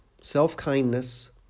self-kindness